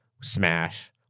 smash